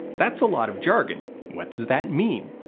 that's a lot of jargon, what does that mean?